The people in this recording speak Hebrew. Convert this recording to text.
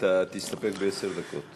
אתה תסתפק בעשר דקות.